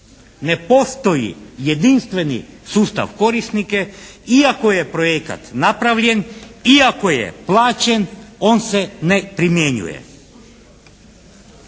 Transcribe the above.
ne postoji jedinstveni sustav korisnika iako je projekat napravljen, iako je plaćen on se ne primjenjuje.